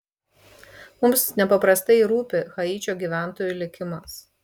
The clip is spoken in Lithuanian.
mums nepaprastai rūpi haičio gyventojų likimas